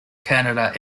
canada